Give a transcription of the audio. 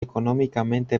económicamente